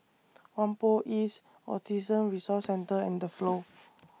Whampoa East Autism Resource Centre and The Flow